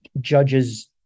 judges